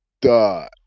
Duh